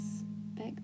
back